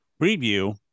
Preview